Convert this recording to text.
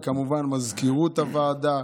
וכמובן למזכירות הוועדה,